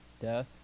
death